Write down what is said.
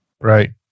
Right